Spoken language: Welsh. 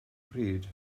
pryd